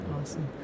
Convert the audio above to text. Awesome